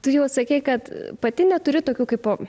tu jau sakei kad pati neturi tokių kaip